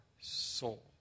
soul